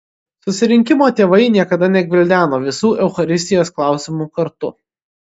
susirinkimo tėvai niekada negvildeno visų eucharistijos klausimų kartu